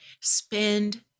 spend